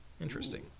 interesting